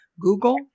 Google